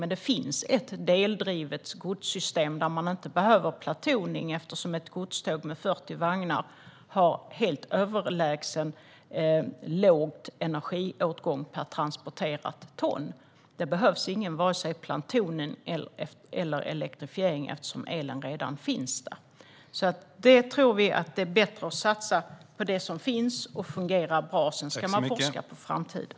Men det finns ett eldrivet godssystem där man inte behöver platooning, eftersom ett godståg med 40 vagnar har en helt överlägset låg energiåtgång per transporterat ton. Det behövs vare sig platooning eller elektrifiering, eftersom elen redan finns där. Vi tror att det är bättre att satsa på det som finns och fungerar bra, även om man också ska forska för framtiden.